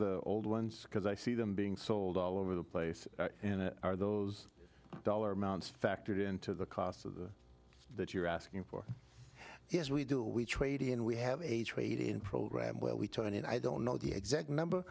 the old ones because i see them being sold all over the place and are those dollar amounts factored into the cost of that you're asking for yes we do we trade in we have a trade in program where we turn in i don't know the exact number